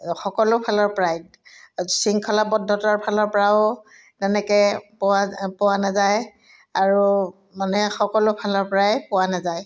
সকলো ফালৰ পৰাই শৃংখলাবদ্ধতাৰ ফালৰ পৰাও তেনেকৈ পোৱা পোৱা নাযায় আৰু মানে সকলো ফালৰ পৰাই পোৱা নাযায়